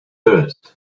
thirst